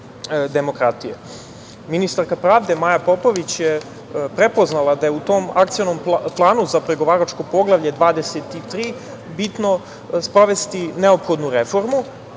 pravde, Maja Popović, je prepoznala da je u tom akcionom planu za pregovaračku Poglavlje 23 bitno sprovesti neophodnu reformu